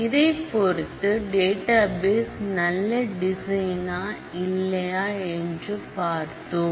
இதை பொறுத்து டேட்டாபேஸ் நல்ல டிசைனா இல்லையா என்று பார்த்தோம்